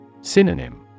Synonym